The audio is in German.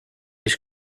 ich